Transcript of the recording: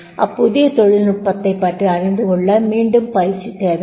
அப்புதிய தொழில்நுட்பத்தைப் பற்றி அறிந்துகொள்ள மீண்டும் பயிற்சி தேவைப்படும்